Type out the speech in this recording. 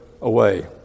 away